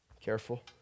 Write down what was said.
Careful